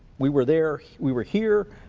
we were there, we were here.